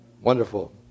Wonderful